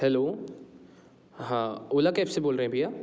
hello हाँ Ola cab से बोल रहे भैया